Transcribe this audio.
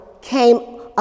came